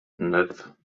neuf